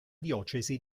diocesi